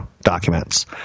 documents